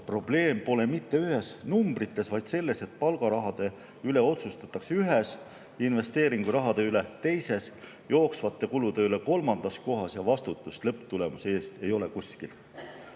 Probleem pole mitte numbrites, vaid selles, et palgarahade üle otsustatakse ühes, investeeringurahade üle teises, jooksvate kulude üle kolmandas kohas ja vastutust lõpptulemuse eest ei ole kuskil."